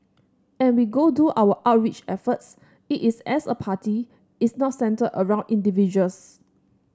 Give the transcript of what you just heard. and we go do our outreach efforts it is as a party it's not centred around individuals